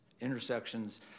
intersections